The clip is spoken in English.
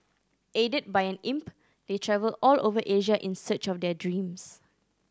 aided by an imp they travel all over Asia in search of their dreams